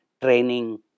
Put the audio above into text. training